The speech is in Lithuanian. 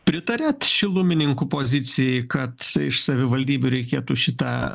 pritariat šilumininkų pozicijai kad iš savivaldybių reikėtų šita